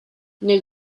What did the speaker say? nel